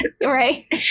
right